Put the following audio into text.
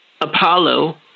Apollo